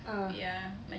ah